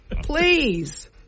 Please